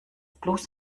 bloß